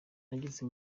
ageze